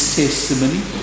testimony